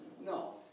No